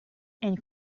and